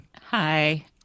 Hi